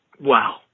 Wow